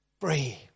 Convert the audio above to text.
free